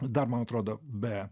dar man atrodo be